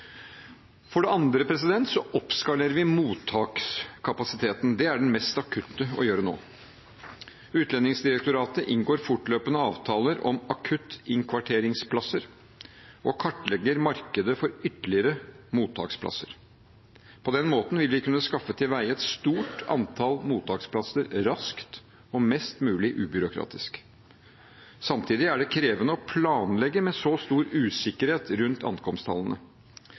For det andre oppskalerer vi mottakskapasiteten. Det er det mest akutte å gjøre nå. Utlendingsdirektoratet inngår fortløpende avtaler om akuttinnkvarteringsplasser, og kartlegger markedet for ytterligere mottaksplasser. På den måten vil vi kunne skaffe til veie et stort antall mottaksplasser, raskt og mest mulig ubyråkratisk. Samtidig er det krevende å planlegge med så stor usikkerhet rundt ankomsttallene.